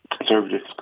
conservatives